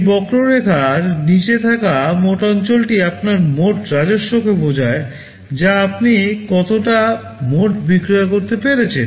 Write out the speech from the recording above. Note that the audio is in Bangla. এই বক্ররেখার নীচে থাকা মোট অঞ্চলটি আপনার মোট রাজস্বকে বোঝায় যে আপনি কতটা মোট বিক্রয় করতে পেরেছেন